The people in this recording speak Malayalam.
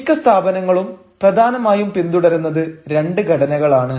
മിക്ക സ്ഥാപനങ്ങളും പ്രധാനമായും പിന്തുടരുന്നത് രണ്ട് ഘടനകൾ ആണ്